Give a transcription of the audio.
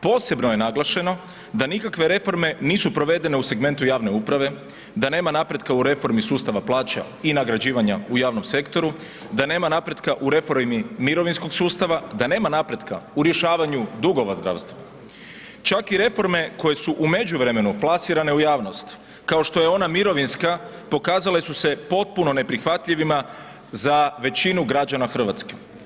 Posebno je naglašeno da nikakve reforme nisu provedene u segmentu javne uprave, da nema napretka u reformi sustava plaća i nagrađivanja u javnom sektoru, da nema napretka u reformi mirovinskog sustava, da nema napretka u rješavanju dugova zdravstva, čak i reforme koje su u međuvremenu plasirane u javnost, kao što je ona mirovinska, pokazale su se potpuno neprihvatljivima za većinu građana RH.